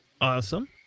Awesome